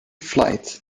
flight